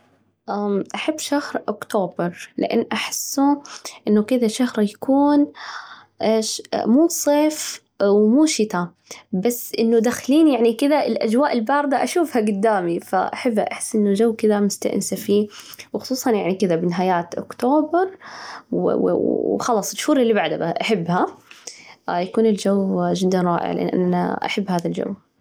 أحب شهر أكتوبر لإن أحسه إنه كده شهر، يكون مو صيف ومو شتا، بس إنه داخلين يعني كده الأجواء الباردة أشوفها جدامي، أحبها أحس إنه الجو كذا مستأنسة فيه وخصوصا يعني كده بالنهايات أكتوبر وخلاص الشهور اللي بعدها أحبها ، يكون الجو جداً رائع لإن أنا أحب هذا الجو.